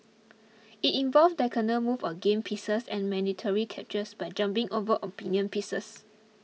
it involves diagonal moves of game pieces and mandatory captures by jumping over opinion pieces